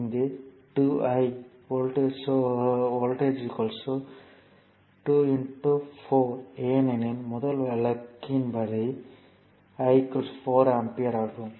இங்கு 2 I voltage 2 4 ஏனெனில் முதல் வழக்குயின் படி I 4 ஆம்பியர் ஆகும்